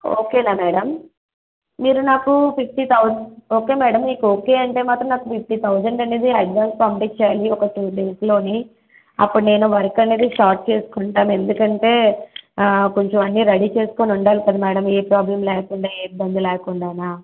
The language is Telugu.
ఓకేనా మేడం మీరు నాకు ఫిఫ్టీ థౌసండ్ ఓకే మేడం మీకు ఓకే అంటే మాత్రం నాకు ఒక ఫిఫ్టీ థౌసండ్ అనేది అడ్వాన్స్ పంపిచండి ఒక టూ డేస్లో అప్పుడు నేను వర్క్ అనేది స్టార్ట్ చేసుకుంటాను ఎందుకంటే కొంచెం అన్నీ రెడీ చేసుకుని ఉండాలి కదా మేడం ఏ ప్రాబ్లమ్ లేకుండా ఏ ఇబ్బంది లేకుండా